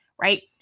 right